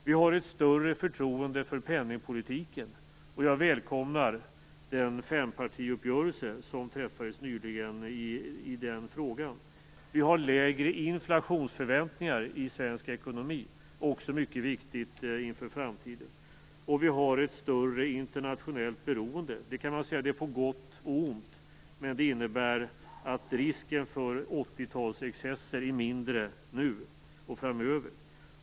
Vi har ett större förtroende för penningpolitiken, och jag välkomnar den fempartiuppgörelse som träffades nyligen i den frågan. Vi har lägre inflationsförväntningar i svensk ekonomi, och det är också mycket viktigt inför framtiden. Vi har ett större internationellt beroende. Man kan säga att det är på gott och ont, men det innebär att risken för 80-talsexcesser är mindre nu och framöver.